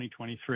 2023